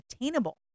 attainable